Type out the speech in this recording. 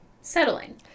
Settling